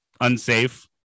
unsafe